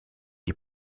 die